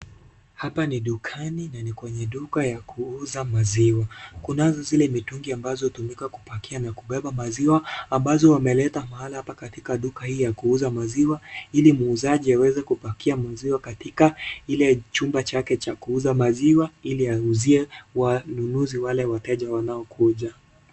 Hapa ni dukani na ni kwenye duka ya kuuza maziwa. Kunazo zile mitungi ambazo hutumika kupakia na kubeba maziwa, ambazo wameleta mahala hapa katika duka hii ya kuuza maziwa, ili muuzaji aweze kupakia maziwa katika ile chumba chake cha kuuza maziwa, ili auzie wanunuzi wale wateja wanaokuja.